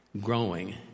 growing